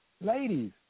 ladies